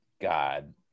God